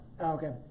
Okay